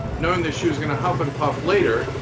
knowing that she was gonna huff and puff later,